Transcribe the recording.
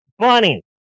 Funny